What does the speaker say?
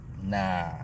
Nah